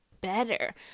better